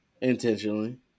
Intentionally